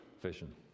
vision